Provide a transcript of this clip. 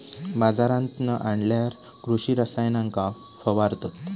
बाजारांतना आणल्यार कृषि रसायनांका फवारतत